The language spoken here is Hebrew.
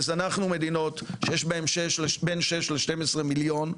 וזנחנו מדינות שיש בהם בין 6 ל-12 מיליון,